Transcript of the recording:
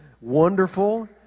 wonderful